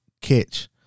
catch